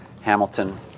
Hamilton